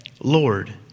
Lord